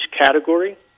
category